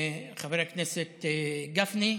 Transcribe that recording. חבר הכנסת גפני.